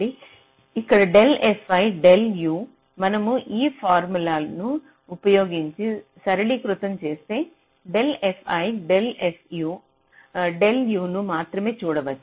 ఇక్కడ del fi del u మనము ఆ ఫార్ములాను ఉపయోగించి సరళీకృతం చేస్తే డెల్ fi డెల్ u ను మాత్రమే చూడవచ్చు